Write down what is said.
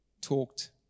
talked